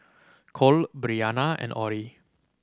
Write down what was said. Kole Bryana and Orie